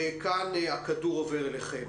וכאן הכדור עובר אליכם.